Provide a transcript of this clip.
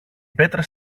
πέτρες